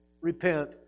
repent